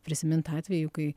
prisimint atvejų kai